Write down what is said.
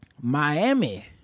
Miami